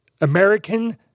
American